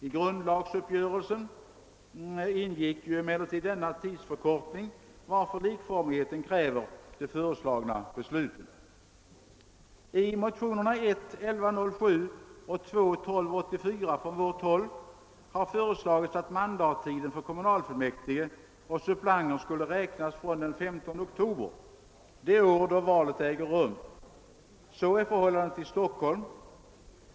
I grundlagsuppgörelsen ingick emellertid denna tidsförkortning, varför likformigheten kräver de föreslagna besluten. I motionerna I: 1107 och II: 1284 från vårt håll har föreslagits att mandattiden för kommunalfullmäktige och suppleanter skulle räknas från den 13 oktober det år då valet äger rum. Så är förhållandet i Stockholm.